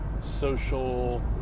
social